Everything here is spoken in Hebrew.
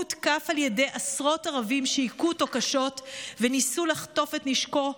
הוא הותקף על ידי עשרות ערבים שהיכו אותו קשות וניסו לחטוף את נשקו.